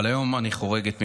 אבל היום אני חורגת ממנהגי.